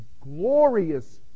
glorious